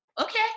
okay